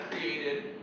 created